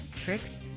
tricks